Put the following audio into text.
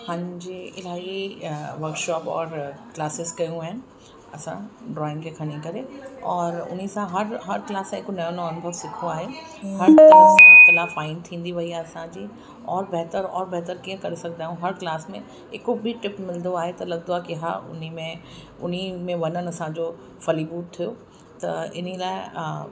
हां जी इलाही वर्कशॉप ऑर्डर क्लासिस कयूं आहिनि असां ड्रॉइंग खे खणी करे और उनसां हर हर क्लास सां हिक नयो नयो अनुभव सिखो आहे हर क्लास सां कला फ़ाइन थींदी वयी आहे असांजी और बहतर और बहितरु कीअं करे सघदा आहियूं हर क्लास में हिक बि टिप मिलंदो आहे त लॻंदो आहे की हा उनमें उनमें वञण असांजो फ़लीभूत थियो त इन लाइ